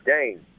game